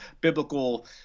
biblical